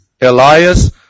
Elias